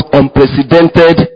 unprecedented